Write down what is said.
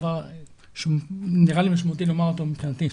דבר שנראה לי משמעותי לומר אותו מבחינתי: